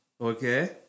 Okay